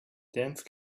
dense